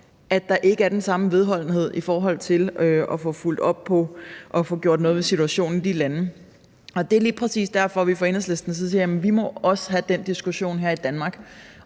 at der ikke er den samme vedholdenhed i forhold til at få fulgt op på og få gjort noget ved situationen i de lande. Og det er lige præcis derfor, at vi fra Enhedslistens side siger: Jamen vi må også have den diskussion her i Danmark,